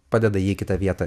padeda į kitą vietą